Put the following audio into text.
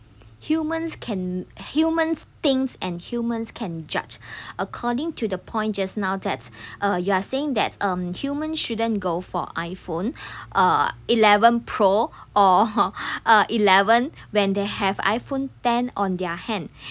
humans can humans thinks and humans can judge according to the point just now that's uh you are saying that um human shouldn't go for iphone err eleven pro or !huh! err eleven when they have iphone ten on their hand